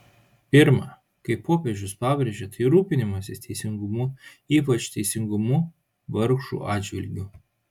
pirma kaip popiežius pabrėžė tai rūpinimasis teisingumu ypač teisingumu vargšų atžvilgiu